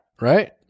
right